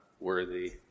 worthy